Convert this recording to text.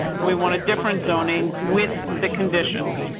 we want a different zoning with the conditions.